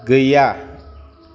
गैया